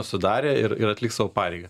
sudarė ir ir atliks savo pareigą